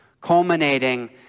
culminating